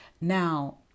Now